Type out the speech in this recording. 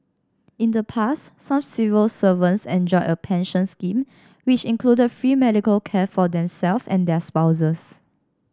in the past some civil servants enjoyed a pension scheme which included free medical care for themselves and their spouses